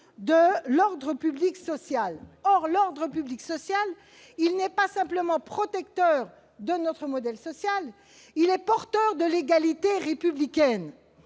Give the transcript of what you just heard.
de l'ordre public social. Or l'ordre public social n'est pas simplement protecteur de notre modèle social, il est aussi porteur de l'égalité républicaine.